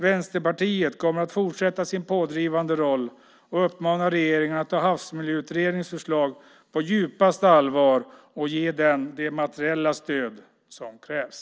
Vänsterpartiet kommer att fortsätta sin pådrivande roll och uppmanar regeringen att ta Havsmiljöutredningens förslag på djupaste allvar och ge den det materiella stöd som krävs.